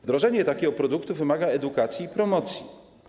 Wdrożenie takiego produktu wymaga edukacji i promocji.